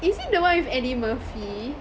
is it the one with eddie murphy